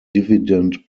dividend